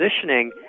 positioning